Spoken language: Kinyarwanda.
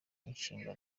mishinga